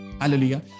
Hallelujah